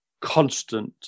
constant